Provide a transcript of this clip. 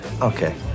Okay